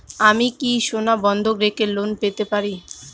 আমি কি সোনা বন্ধক রেখে লোন পেতে পারি?